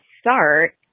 start